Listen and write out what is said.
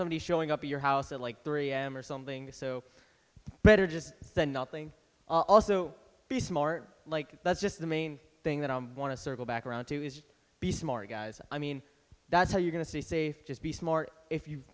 somebody showing up at your house at like three am or something so i better just than nothing also be smart like that's just the main thing that i want to circle back around to is be smart guys i mean that's how you're going to be safe just be smart if you